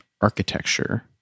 architecture